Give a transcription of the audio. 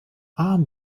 arm